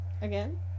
Again